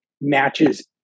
matches